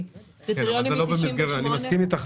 כי קריטריונים מ-98' --- אני מסכים איתך,